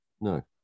No